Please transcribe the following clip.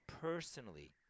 personally